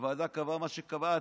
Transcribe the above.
הוועדה קבעה מה שקבעה.